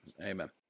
Amen